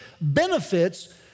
benefits